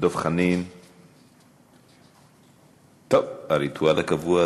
דב חנין, טוב, הריטואל הקבוע.